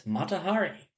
Matahari